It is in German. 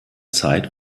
zeit